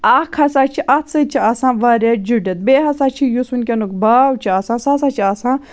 اَکھ ہَسا چھِ اَتھ سۭتۍ چھِ آسان وارِیاہ جُڈِتھ بیٚیہِ ہَسا چھِ یُس وٕنکٮ۪نُک باو چھُ آسان سُہ ہَسا چھُ آسان